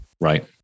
Right